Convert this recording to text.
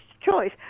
choice